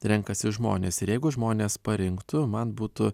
renkasi žmonės ir jeigu žmonės parinktų man būtų